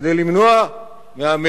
כדי למנוע מארצות-הברית,